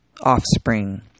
offspring